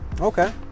Okay